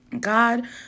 God